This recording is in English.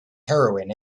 heroin